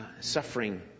suffering